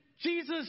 Jesus